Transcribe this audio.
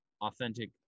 authentic